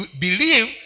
believe